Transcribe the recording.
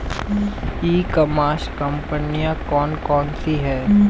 ई commerce कंपनियाँ कौन कौन सी हैं?